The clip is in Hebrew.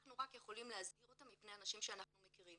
אנחנו רק יכולים להזהיר אותם מפני אנשים שאנחנו מכירים.